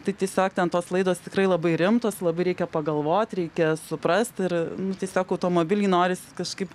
tai tiesiog ten tos laidos tikrai labai rimtos labai reikia pagalvot reikia suprast ir nu tiesiog automobily norisi kažkaip